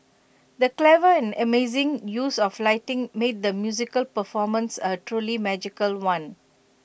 the clever and amazing use of lighting made the musical performance A truly magical one